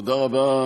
תודה רבה.